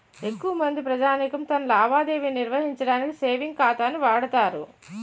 ఎక్కువమంది ప్రజానీకం తమ లావాదేవీ నిర్వహించడానికి సేవింగ్ ఖాతాను వాడుతారు